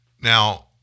Now